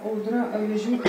audra avižiūtė